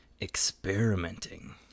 experimenting